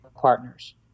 partners